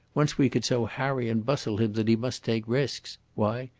once we could so harry and bustle him that he must take risks why,